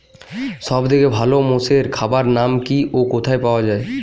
সব থেকে ভালো মোষের খাবার নাম কি ও কোথায় পাওয়া যায়?